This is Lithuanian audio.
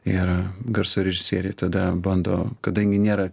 ir garso režisieriai tada bando kadangi nėra